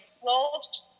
closed